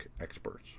experts